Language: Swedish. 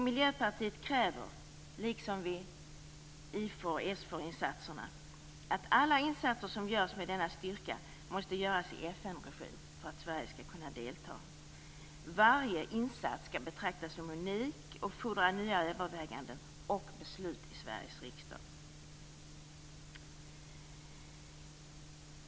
Miljöpartiet kräver, liksom vid IFOR och SFOR-insatserna, att alla insatser som görs med denna styrka måste göras i FN-regi för att Sverige skall kunna delta. Varje insats skall betraktas som unik och fordra nya överväganden och beslut i Sveriges riksdag.